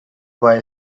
boy